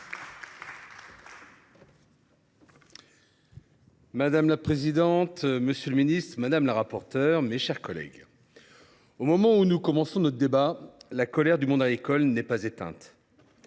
Madame la présidente, monsieur le ministre, mes chers collègues, au moment où nous commençons notre débat, la colère du monde agricole n’est pas éteinte.